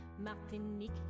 Martinique